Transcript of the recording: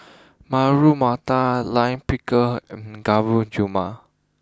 Matar Lime Pickle and Gulab Jamun